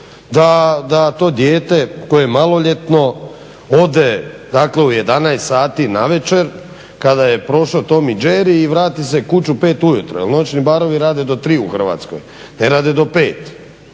da to dijete koje je maloljetno ode, dakle u 11 sati navečer, kada je prošao Tom i Jerry i vrati se kući u 5 ujutro, jer noćni barovi rade do 3 u Hrvatskoj, ne rade do 5.